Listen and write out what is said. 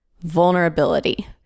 vulnerability